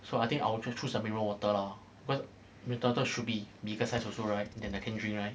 so I think I will just choose the mineral water lah cause mineral water should be bigger size also right than the canned drink right